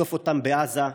להדוף אותם בעזה,